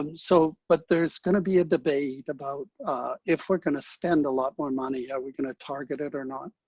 and so but there's going to be a debate about if we're going to spend a lot more money, are we going to target it or not?